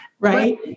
Right